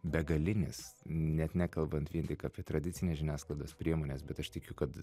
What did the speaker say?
begalinis net nekalbant vien tik apie tradicinės žiniasklaidos priemones bet aš tikiu kad